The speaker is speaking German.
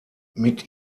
mit